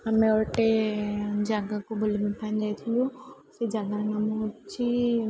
ଆମେ ଗୋଟେ ଜାଗାକୁ ବୁଲିବା ପାଇଁ ଯାଇଥିଲୁ ସେ ଜାଗାର ନାମ ହେଉଛି